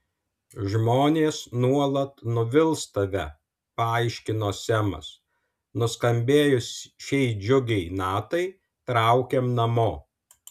žmonės nuolat nuvils tave paaiškino semas nuskambėjus šiai džiugiai natai traukiam namo